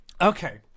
Okay